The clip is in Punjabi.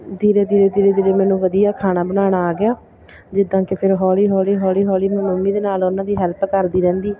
ਧੀਰੇ ਧੀਰੇ ਧੀਰੇ ਧੀਰੇ ਮੈਨੂੰ ਵਧੀਆ ਖਾਣਾ ਬਣਾਉਣਾ ਆ ਗਿਆ ਜਿੱਦਾਂ ਕਿ ਫਿਰ ਹੌਲੀ ਹੌਲੀ ਹੌਲੀ ਹੌਲੀ ਮੈਂ ਮੰਮੀ ਦੇ ਨਾਲ ਉਹਨਾਂ ਦੀ ਹੈਲਪ ਕਰਦੀ ਰਹਿੰਦੀ